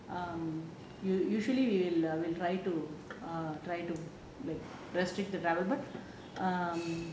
um usually we try to err try to like trust with the government